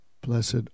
blessed